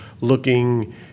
looking